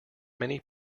many